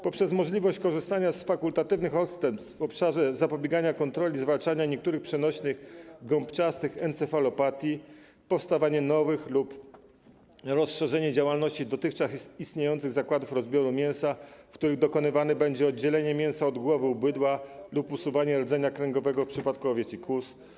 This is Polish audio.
Poprzez możliwość korzystania z fakultatywnych odstępstw w obszarze zapobiegania, kontroli i zwalczania niektórych przenośnych gąbczastych encefalopatii - powstawanie nowych lub rozszerzenie działalności dotychczas istniejących zakładów rozbioru mięsa, w których dokonywane będzie oddzielenie mięsa od głowy u bydła lub usuwanie rdzenia kręgowego w przypadku owiec i kóz.